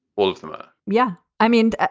all of them? ah yeah, i mean.